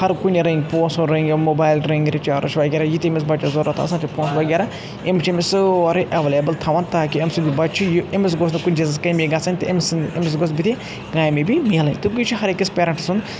ہَر کُنہِ رٔنگۍ پُونٛسو رٔنگۍ موبایِل رٔنگۍ رِچارٕج وَغیرَہ یہِ تہِ أمِس بَچس ضروٗرَت آسان چھِ پُونٛسہٕ وَغیرَہ یِم چھِ أمِس سُورُے ایٚولیبٕل تھاوان تاکہِ أمۍ سُنٛد بَچہِ چھِ أمِس گٔژھ نہٕ کُنہِ چیٖزٕچ کٔمِی گَژٕھنٕۍ أمِس گُزرِ کامیٲبِی مِیلٕنۍ تہٕ بیٚیہِ چھِ ہَر أکِس پِیٖرَنٹ سُنٛد